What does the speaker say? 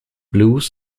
blues